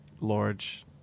large